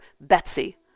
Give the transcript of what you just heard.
Betsy